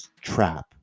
trap